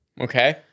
Okay